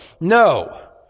no